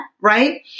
right